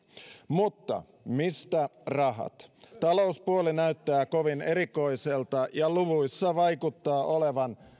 mutta mistä rahat talouspuoli näyttää kovin erikoiselta ja luvuissa vaikuttaa olevan